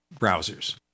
browsers